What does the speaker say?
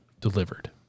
delivered